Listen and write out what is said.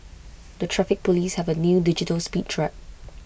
the traffic Police have A new digital speed trap